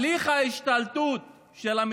כמה בנט שילם לכם כדי לתקוף אותו?